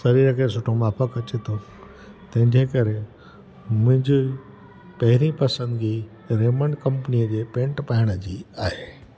शरीर खे सुठो माप अचे थो तंहिंजे करे मुंहिंजी पहिरीं पसंदिगी रेमंड कंपनीअ जे पैंट पाइणु जी आहे